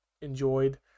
enjoyed